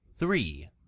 Three